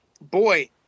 boy